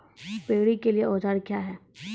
Paddy के लिए औजार क्या हैं?